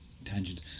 tangent